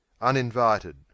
Uninvited